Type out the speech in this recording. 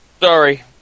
Sorry